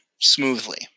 smoothly